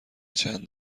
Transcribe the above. چند